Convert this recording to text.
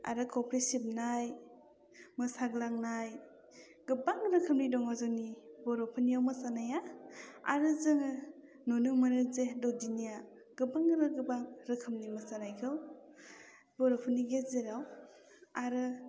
आरो खफ्रि सिबनाय मोसाग्लांनाय गोबां रोखोमनि दङ जोंनि बर'फोरनियाव मोसानाया आरो जोङो नुनो मोनो जे दौदिनिया गोबां आरो गोबां रोखोमनि मोसानायखौ बर'फोरनि गेजेराव आरो